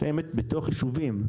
שהם בתוך יישובים,